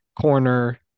corner